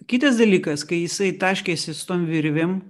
kitas dalykas kai jisai taškėsi su tom virvėm